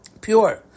Pure